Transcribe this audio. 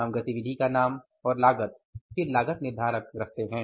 हम गतिविधि का नाम और लागत और फिर लागत निर्धारक रखते हैं